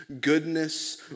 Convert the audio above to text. goodness